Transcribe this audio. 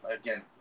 again